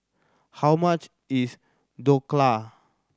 how much is Dhokla